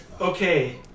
Okay